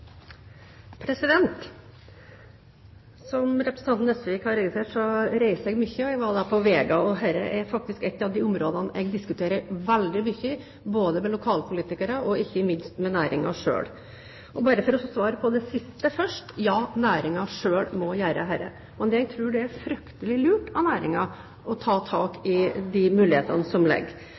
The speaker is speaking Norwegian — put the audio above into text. Som representanten Nesvik har registrert, reiser jeg mye, og jeg var på Vega. Og dette er faktisk et av de områdene jeg diskuterer veldig mye både med lokalpolitikere og ikke minst med næringen selv. Bare for å svare på det siste først: Ja, næringen selv må gjøre dette. Jeg tror det er fryktelig lurt av næringen å ta tak i de mulighetene som